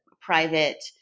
private